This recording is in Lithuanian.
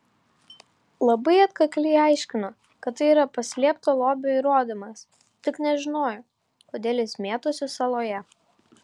labai atkakliai aiškino kad tai yra paslėpto lobio įrodymas tik nežino kodėl jis mėtosi saloje